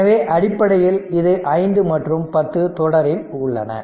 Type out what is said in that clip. எனவே அடிப்படையில் இந்த 5 மற்றும் 10 தொடரில் உள்ளன